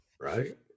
right